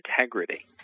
integrity